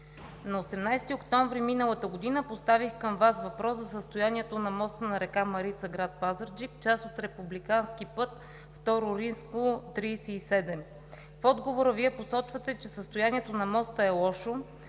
на 18 октомври миналата година поставих към Вас въпрос за състоянието на моста на река Марица, град Пазарджик, част от републикански път II-37. В отговора Вие посочвате, че състоянието на моста е лошо